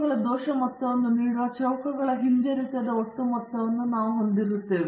ಆದ್ದರಿಂದ ಚೌಕಗಳ ದೋಷ ಮೊತ್ತವನ್ನು ನೀಡುವ ಚೌಕಗಳ ಹಿಂಜರಿತದ ಒಟ್ಟು ಮೊತ್ತವನ್ನು ನಾವು ಹೊಂದಿರುತ್ತೇ ವೆ